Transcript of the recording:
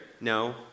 No